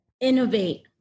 innovate